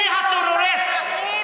מי הטרוריסט?